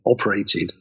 operated